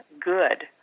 good